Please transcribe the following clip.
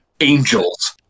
angels